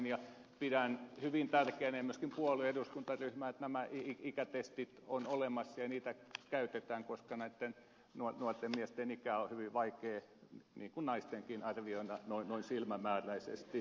pidän ja myöskin puolueen eduskuntaryhmä pitää hyvin tärkeänä että nämä ikätestit ovat olemassa ja niitä käytetään koska näitten nuorten miesten ikää on hyvin vaikea niin kuin naistenkin arvioida noin silmämääräisesti